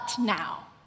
now